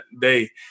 day